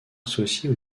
associée